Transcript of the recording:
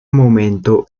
momento